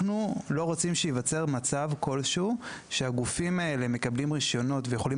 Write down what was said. לא רוצים שייווצר מצב כלשהו שהגופים האלה מקבלים רישיונות ויכולים